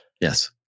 Yes